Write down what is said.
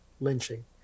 lynching